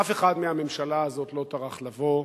אף אחד מהממשלה הזאת לא טרח לבוא.